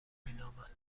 مینامد